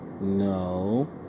No